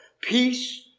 peace